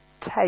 Take